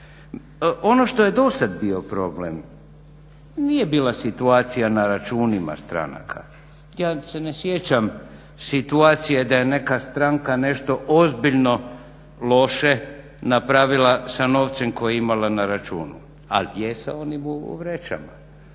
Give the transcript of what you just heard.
Ono što je do sada bio problem, nije bila situacija na računima stranaka. Ja se ne sjećam situacije da je neka stranka nešto ozbiljno loše napravila sa novcem koji je imala na računu, ali je sa onim u vrećama.